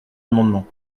amendements